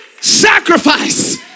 Sacrifice